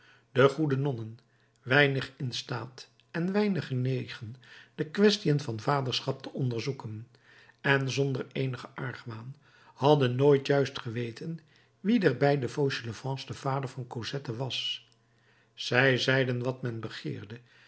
de goede nonnen weinig in staat en weinig genegen de quaestiën van vaderschap te onderzoeken en zonder eenigen argwaan hadden nooit juist geweten wie der beide fauchelevents de vader van cosette was zij zeiden wat men begeerde